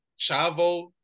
Chavo